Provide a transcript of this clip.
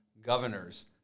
governors